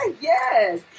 Yes